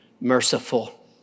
merciful